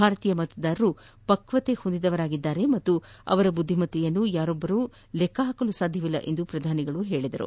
ಭಾರತೀಯ ಮತದಾರರು ಪಕ್ಷತೆ ಹೊಂದಿದವರಾಗಿದ್ದಾರೆ ಹಾಗೂ ಅವರ ಬುದ್ದಿಮತ್ತೆಯನ್ನು ಯಾರೊಬ್ಲರೂ ಲೆಕ್ಕಹಾಕಲು ಸಾಧ್ಯವಿಲ್ಲ ಎಂದು ಪ್ರಧಾನಿ ಹೇಳಿದ್ದಾರೆ